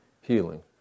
healing